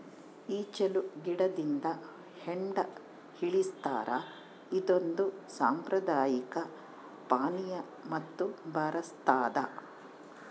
ಈಚಲು ಗಿಡದಿಂದ ಹೆಂಡ ಇಳಿಸ್ತಾರ ಇದೊಂದು ಸಾಂಪ್ರದಾಯಿಕ ಪಾನೀಯ ಮತ್ತು ಬರಸ್ತಾದ